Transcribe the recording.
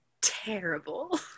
terrible